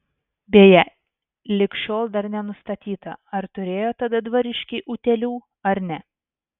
beje lig šiol dar nenustatyta ar turėjo tada dvariškiai utėlių ar ne